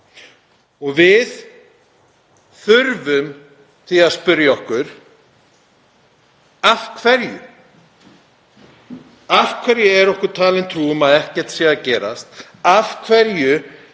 Og við þurfum því að spyrja okkur: Af hverju? Af hverju er okkur talin trú um að ekkert sé að gerast? Af hverju er